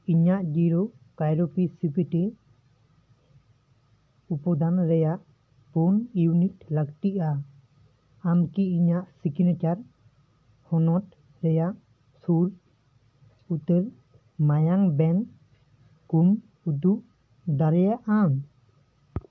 ᱤᱧᱟᱹᱜ ᱡᱤᱨᱳ ᱠᱟᱭᱨᱳᱯᱤᱥᱤᱯᱤᱴᱤ ᱩᱯᱚᱫᱟᱱ ᱨᱮᱭᱟᱜ ᱯᱩᱱ ᱤᱭᱩᱱᱤᱴ ᱞᱟᱹᱠᱛᱤᱜᱼᱟ ᱟᱢ ᱠᱤ ᱤᱧᱟᱹᱜ ᱥᱤᱜᱽᱱᱮᱪᱟᱨ ᱦᱚᱱᱚᱛ ᱨᱮᱭᱟᱜ ᱥᱩᱨ ᱩᱛᱟᱹᱨ ᱢᱟᱭᱟᱢ ᱵᱮᱝᱠ ᱠᱷᱚᱱ ᱩᱫᱩᱜ ᱫᱟᱲᱮᱭᱟᱜ ᱟᱢ